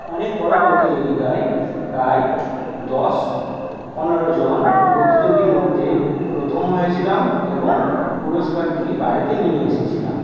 অনেক বড়ো প্রতিযোগিতায় প্রায় দশ পনেরো জন প্রতিযোগীর মধ্যে প্রথম হয়েছিলাম এবং পুরস্কারটি বাড়িতে নিয়ে এসেছিলাম